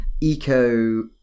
eco